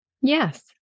Yes